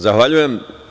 Zahvaljujem.